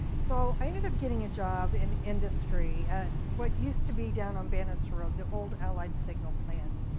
so i ended up getting a job in industry at what used to be down on banister road, the old allied signal plant.